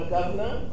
Governor